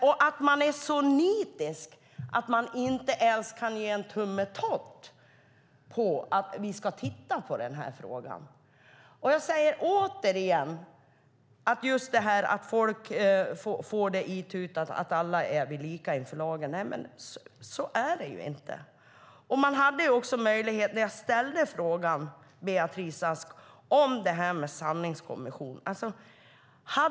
Ministern är så nitisk att hon inte ens kan ge en tummetott för att vi ska titta närmare på den här frågan. Jag säger återigen att folk får sig itutat att alla är vi lika inför lagen, men så är det inte. Man hade också möjlighet när jag ställde frågan, Beatrice Ask, att tillsätta en sanningskommission.